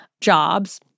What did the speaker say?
jobs